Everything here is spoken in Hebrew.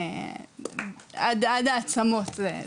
עד העצמות זה מרגש.